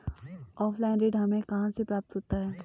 Offline ऋण हमें कहां से प्राप्त होता है?